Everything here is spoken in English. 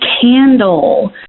candle